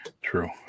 true